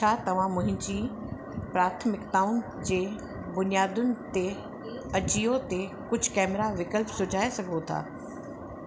छा तव्हां मुंहिंजी प्राथमिकताउनि जे बुनियादुनि ते अजियो ते कुझु कैमरा विकल्प सुझाए सघो था